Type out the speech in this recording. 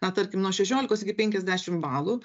na tarkim nuo šešiolikos iki penkiasdešimt balų